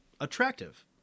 attractive